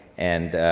and,